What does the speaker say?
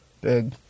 big